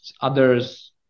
others